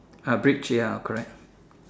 a bridge ya correct